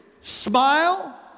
Smile